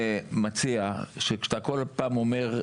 משטרה שתהיה פוליטית תתרחק עוד יותר,